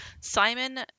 Simon